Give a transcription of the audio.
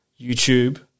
YouTube